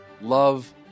Love